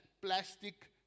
plastic